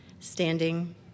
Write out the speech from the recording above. Standing